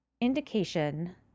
indication